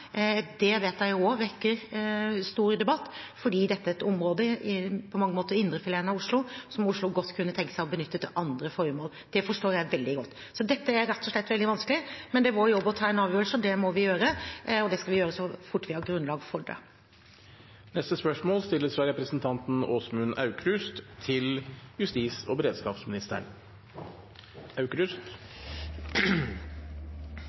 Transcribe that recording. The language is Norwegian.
Det vet jeg også vekker stor debatt, for dette er et område som på mange måter er indrefileten av Oslo, og som Oslo godt kunne tenke seg å benytte til andre formål. Det forstår jeg veldig godt. Så dette er rett og slett veldig vanskelig. Men det er vår jobb å ta en avgjørelse. Det må vi gjøre, og det skal vi gjøre så fort vi har et grunnlag for det. «Det borgerlige stortingsflertallet vedtok etter forslag fra regjeringa å bevilge 1,8 millioner kroner til